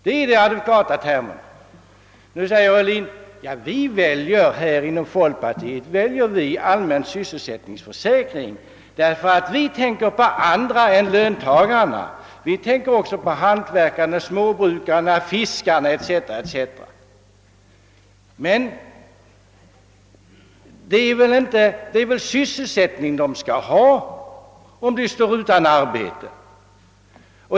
Herr Ohlin säger emellertid: »Inom folkpartiet väljer vi allmän sysselsättningsförsäkring, därför att vi tänker på andra än löntagarna; vi tänker också på hantverkarna, småbrukarna, fiskarna etc.» Men det är väl sysselsättning de skall ha, om de står utan arbete?